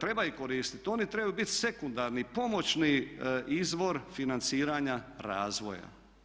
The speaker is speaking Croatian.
treba ih koristiti, oni trebaju biti sekundarni i pomoćni izvor financiranja razvoja.